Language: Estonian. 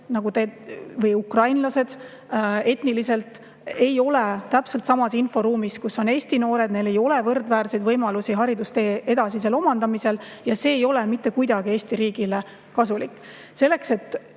venelased ja ukrainlased ei ole samas inforuumis, kus on eesti noored. Neil ei ole võrdväärseid võimalusi hariduse edasisel omandamisel. Ja see ei ole mitte kuidagi Eesti riigile kasulik. Selleks, et